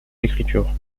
l’écriture